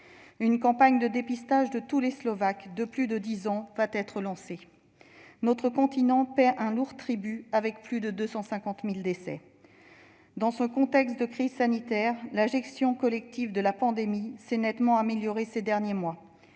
Une campagne de dépistage de tous les Slovaques de plus de dix ans va être lancée. Notre continent paie un lourd tribut, avec plus de 250 000 décès. Dans ce contexte de crise sanitaire, la gestion collective de la pandémie s'est nettement améliorée ces derniers mois.